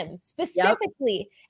specifically